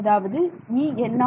அதாவது En